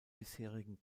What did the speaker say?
bisherigen